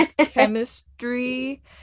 chemistry